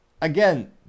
Again